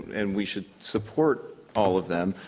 and we should support all of them,